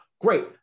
Great